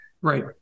Right